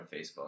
Facebook